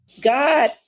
God